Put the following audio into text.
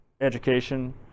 education